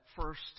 first